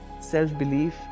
self-belief